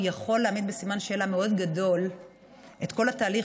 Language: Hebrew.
הוא יכול להעמיד בסימן שאלה מאוד גדול את כל התהליך